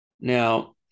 Now